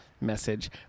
message